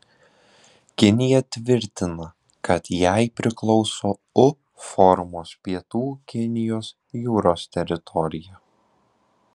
kinija tvirtina kad jai priklauso u formos pietų kinijos jūros teritorija